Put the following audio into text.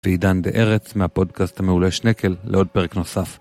ועידן דה ארץ מהפודקאסט המעולה שנקל לעוד פרק נוסף.